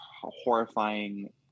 horrifying